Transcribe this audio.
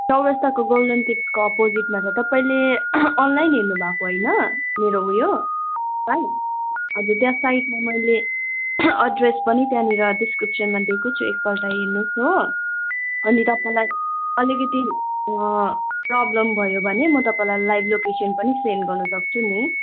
चौरस्ताको गोल्डन टिप्सको अपोजिटमा छ तपाईँले अनलाइन हेर्नु भएको होइन मेरो उयो साइट हजुर त्यहाँ साइटमा मैले अड्रेस पनि त्यहाँनिर ड्रिसकिप्सनमा दिएको छु एकपल्ट हेर्नुहोस हो अनि तपाईँलाई अलिकति प्रब्लम भयो भने म तपाईँलाई लाइभ लोकेसन पनि सेन्ड गर्नु सक्छु नि